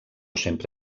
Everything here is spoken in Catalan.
sempre